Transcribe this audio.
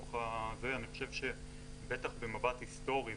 אני חושב שבטח במבט היסטורי,